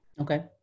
Okay